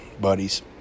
buddies